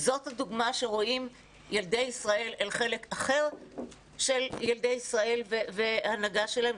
זאת הדוגמה שרואים ילדי ישראל אל חלק אחר של ילדי ישראל וההנהגה שלהם?